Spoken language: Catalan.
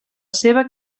seva